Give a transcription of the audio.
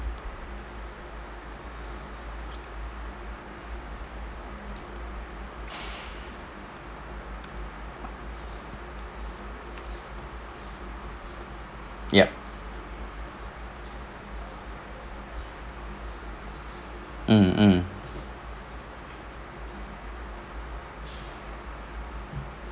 yup mm mm